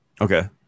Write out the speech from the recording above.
Okay